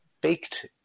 baked